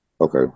Okay